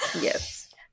Yes